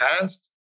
past